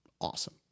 awesome